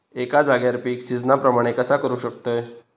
एका जाग्यार पीक सिजना प्रमाणे कसा करुक शकतय?